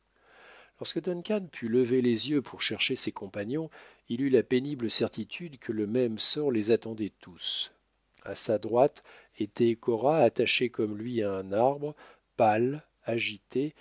lorsque duncan put lever les yeux pour chercher ses compagnons il eut la pénible certitude que le même sort les attendait tous à sa droite était cora attachée comme lui à un arbre pâle agitée